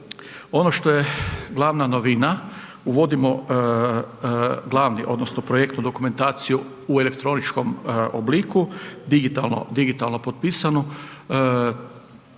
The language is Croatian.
Ono što je glavna novina, uvodimo glavni, odnosno projektnu dokumentaciju elektroničkom obliku digitalno potpisanu.